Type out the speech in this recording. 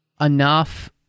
enough